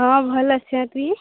ହଁ ଭଲ୍ ଅଛେ ତୁଇଁ